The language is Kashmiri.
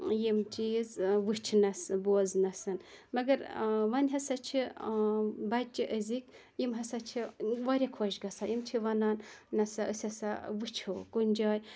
یِم چیٖز وٕچھنَس بوزنَس مگر وۄنۍ ہَسا چھِ بَچہِ أزِکۍ یِم ہَسا چھِ واریاہ خۄش گَژھان یِم چھِ وَنان نَسا أسۍ ہَسا وٕچھو کُنہِ جایہِ